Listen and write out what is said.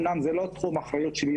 אמנם זה לא תחום האחריות שלי,